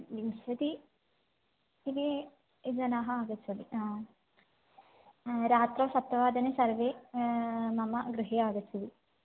विंशति दिने जनाः आगच्छन् रात्रौ सप्तवादने सर्वे मम गृहे आगच्छन्ति